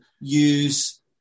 use